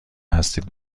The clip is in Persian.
هستید